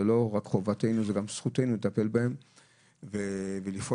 זה לא רק חובתנו זו גם זכותנו לטפל בהם ולפעול